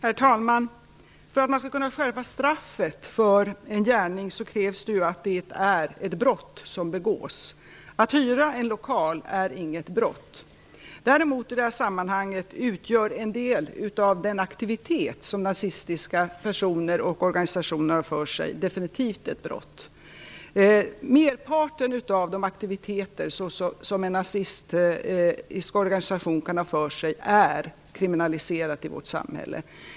Herr talman! För att man skall kunna skärpa straffet för en gärning krävs det att det är ett brott som begås. Att hyra en lokal är inget brott. Däremot utgör i det här fallet en del av den aktivitet som nazistiska personer och organisationer har för sig definitivt ett brott. Merparten av de aktiviteter som en nazistisk organisation kan ha för sig är kriminaliserat i vårt samhälle.